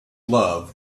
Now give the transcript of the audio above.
love